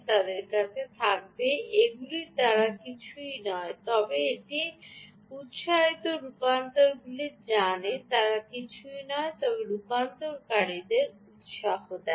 তাদের কাছে থাকবে এগুলি কিছুই নয় তবে একটি উত্সাহিত রূপান্তরকারীগুলি জানে তারা কিছুই নয় তবে রূপান্তরকারীদের উত্সাহ দেয়